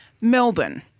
Melbourne